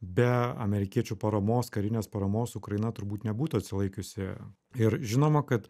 be amerikiečių paramos karinės paramos ukraina turbūt nebūtų atsilaikiusi ir žinoma kad